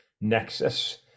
nexus